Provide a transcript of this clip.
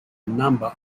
number